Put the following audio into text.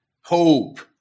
hope